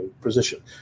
position